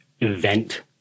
event